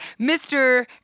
Mr